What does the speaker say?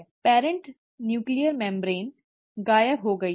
parent nuclear membrane गायब हो गई है